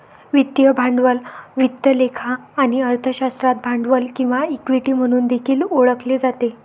वित्तीय भांडवल वित्त लेखा आणि अर्थशास्त्रात भांडवल किंवा इक्विटी म्हणून देखील ओळखले जाते